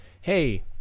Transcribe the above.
hey